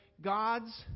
God's